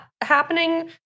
happening